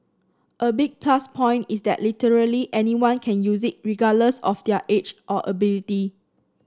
a big plus point is that literally anyone can use it regardless of their age or ability